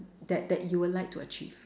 that that you would like to achieve